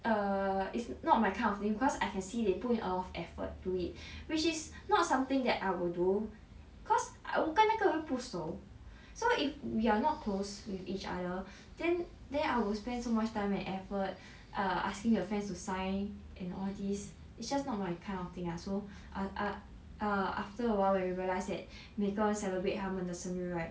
err it's not my kind of thing because I can see they put in a lot effort to it which is not something that I will do cause 我跟那个人不熟 so if we are not close with each other then then I will spend so much time and effort err asking your friends to sign and all these it's just not my kind of thing lah so and uh uh err after awhile when we realise that 每个人 celebrate 他们的生日 right